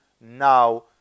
now